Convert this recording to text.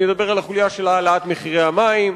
אני מדבר על החוליה של העלאת מחירי המים,